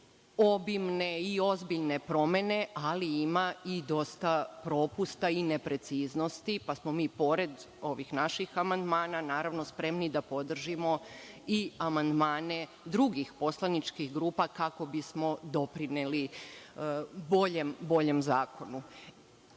obimne i ozbiljne promene, ali ima i dosta propusta i nepreciznosti, pa smo pored naših amandmana spremni da podržimo i amandmane drugih poslaničkih grupa, kako bismo doprineli boljem zakonu. Kažem,